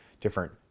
different